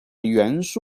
元素